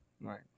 Right